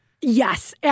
Yes